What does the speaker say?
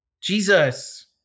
Jesus